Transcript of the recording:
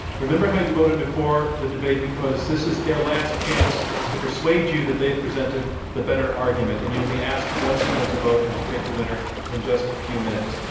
remember how you voted before the debate because this is their last chance to persuade you that they've presented the better argument. and you'll be asked once again to vote and to pick the winner in just a few minutes.